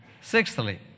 Sixthly